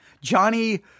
johnny